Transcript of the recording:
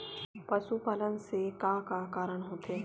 पशुपालन से का का कारण होथे?